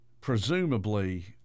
presumably